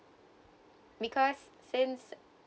because since